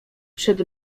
przed